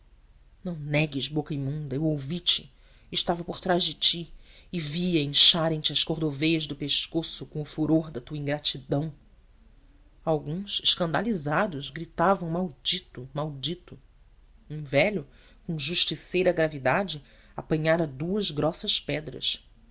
não negues boca imunda eu ouvi te estava por trás de ti e via incharem te as cordoveias do pescoço com o furor da tua ingratidão alguns escandalizados gritavam maldito maldito um velho com justiceira gravidade apanhara duas grossas pedras